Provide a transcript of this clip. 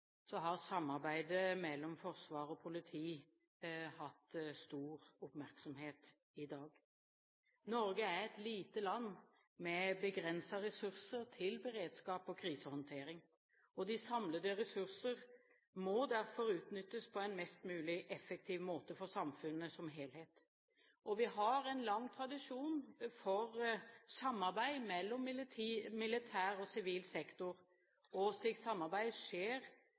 har samarbeidet mellom Forsvaret og politiet hatt stor oppmerksomhet i dag. Norge er et lite land med begrensede ressurser til beredskap og krisehåndtering. De samlede ressurser må derfor utnyttes på en mest mulig effektiv måte for samfunnet som helhet. Vi har en lang tradisjon for samarbeid mellom militær og sivil sektor, og slikt samarbeid skjer